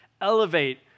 elevate